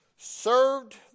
served